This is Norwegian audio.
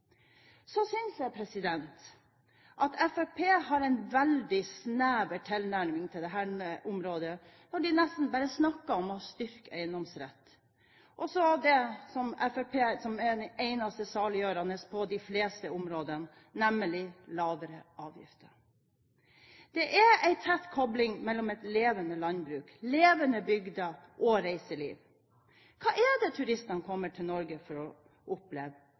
Så synes jeg at Fremskrittspartiet har en veldig snever tilnærming til dette området når de nesten bare snakker om å styrke eiendomsretten og om det som Fremskrittspartiet synes er det eneste saliggjørende på de fleste områder, nemlig lavere avgifter. Det er en tett kobling mellom et levende landbruk, levende bygder og reiseliv. Hva er det turistene kommer til Norge for å oppleve